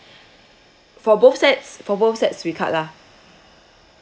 for both sets for both sets we cut lah